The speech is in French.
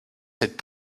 cette